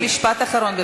אדוני, משפט אחרון.